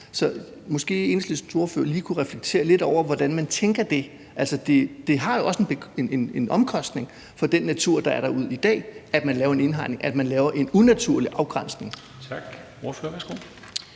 lige kunne reflektere lidt over, hvordan man tænker det. Altså, det har jo også en omkostning for den eksisterende natur, at man laver en indhegning, altså at man laver en unaturlig afgrænsning.